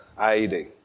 IED